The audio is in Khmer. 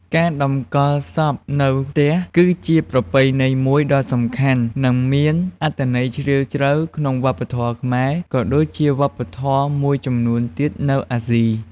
ការតម្កល់សពនៅផ្ទះ គឺជាប្រពៃណីមួយដ៏សំខាន់ និងមានអត្ថន័យជ្រាលជ្រៅក្នុងវប្បធម៌ខ្មែរ ក៏ដូចជាវប្បធម៌មួយចំនួនទៀតនៅអាស៊ី។